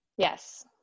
Yes